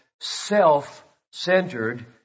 self-centered